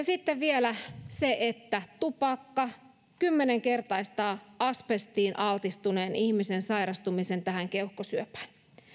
sitten vielä se että tupakka kymmenenkertaistaa asbestiin altistuneen ihmisen sairastumisen keuhkosyöpään